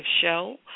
show